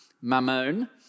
mammon